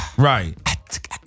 Right